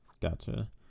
gotcha